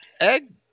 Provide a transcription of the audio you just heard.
egg